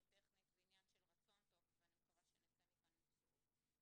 טכנית ועניין של רצון טוב ואני מקווה שנצא מכאן עם בשורות.